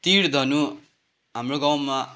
तीर धनु हाम्रो गाउँमा